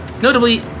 notably